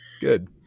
Good